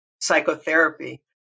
psychotherapy